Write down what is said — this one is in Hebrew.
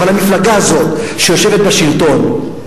אבל המפלגה הזאת שיושבת בשלטון,